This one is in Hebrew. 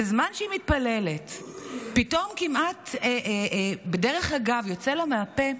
בזמן שהיא מתפללת פתאום כמעט בדרך אגב יוצא לה מהפה: